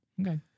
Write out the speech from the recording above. Okay